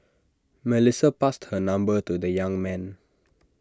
Melissa passed her number to the young man